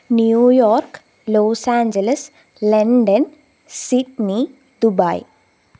New York Los Angeles London Sydney Dubai